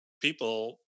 people